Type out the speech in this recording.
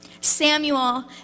Samuel